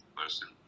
person